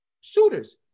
shooters